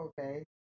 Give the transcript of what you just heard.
Okay